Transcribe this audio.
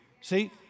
See